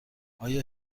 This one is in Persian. آیا